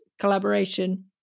collaboration